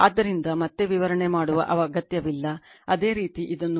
ಆದ್ದರಿಂದ ಮತ್ತೆ ವಿವರಣೆ ಮಾಡುವ ಅಗತ್ಯವಿಲ್ಲ ಅದೇ ರೀತಿ ಇದನ್ನು ಮಾಡಬಹುದು